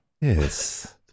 Yes